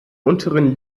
unteren